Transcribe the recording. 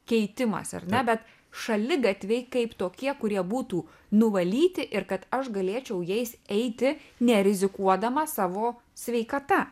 keitimas ar ne bet šaligatviai kaip tokie kurie būtų nuvalyti ir kad aš galėčiau jais eiti nerizikuodamas savo sveikata